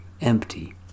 empty